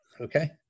Okay